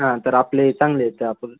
हां तर आपले चांगलेत आपण